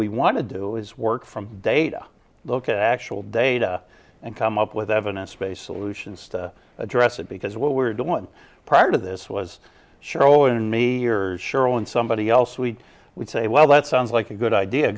we want to do is work from data look at actual data and come up with evidence based solutions to address it because what we're doing prior to this was showing me years sherlyn somebody else we would say well that sounds like a good idea